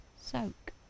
soak